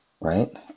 Right